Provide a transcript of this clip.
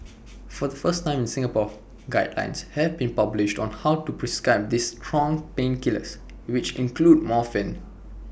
for the first time in Singapore guidelines have been published on how to prescribe these strong painkillers which include morphine